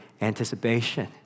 anticipation